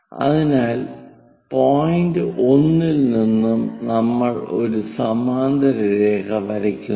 അതിനാൽ പോയിന്റ് 1 ഇൽ നിന്നും നമ്മൾ ഒരു സമാന്തര രേഖ വരയ്ക്കുന്നു